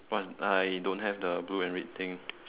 what's I don't have the blue and red thing